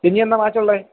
ഇനിയെന്നാണ് മാച്ചുള്ളത്